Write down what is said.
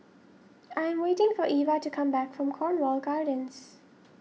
I am waiting for Eva to come back from Cornwall Gardens